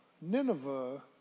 Nineveh